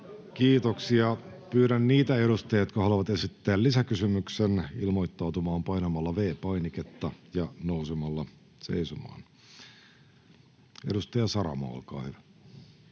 Kiitoksia. — Pyydän niitä edustajia, jotka haluavat esittää lisäkysymyksen, ilmoittautumaan painamalla V-painiketta ja nousemalla seisomaan. — Edustaja Saramo, olkaa hyvä.